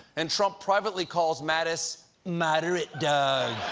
and trump privately calls mattis moderate dog.